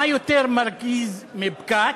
מה יותר מרגיז מפקק?